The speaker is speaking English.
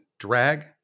drag